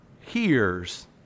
hears